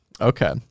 Okay